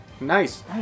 Nice